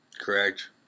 Correct